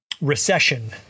recession